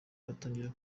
batangira